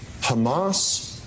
Hamas